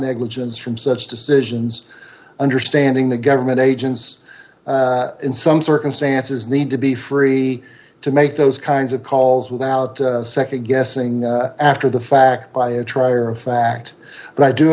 negligence from such decisions understanding the government agents in some circumstances need to be free to make those kinds of calls without nd guessing after the fact by a trier of fact but i do